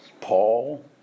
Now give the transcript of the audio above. Paul